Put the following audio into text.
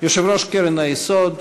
יושב-ראש קרן היסוד,